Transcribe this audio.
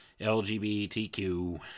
LGBTQ